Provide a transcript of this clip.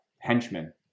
henchmen